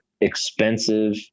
expensive